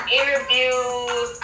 interviews